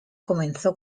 comenzó